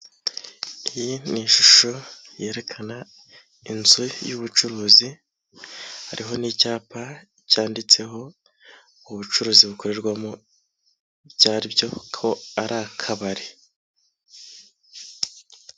iyi ni ishusho yerekana inzu y'ubucuruzi, hariho ni'cyapa cyanditseho ubucuruzi bukorerwamo ibyari aribyo ko ari akabari.